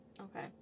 Okay